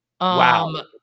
Wow